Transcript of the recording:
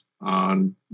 on